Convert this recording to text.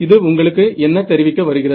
இது உங்களுக்கு என்ன தெரிவிக்க வருகிறது